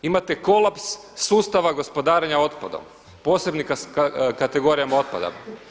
Imate kolaps sustava gospodarenja otpadom, posebnih kategorija otpada.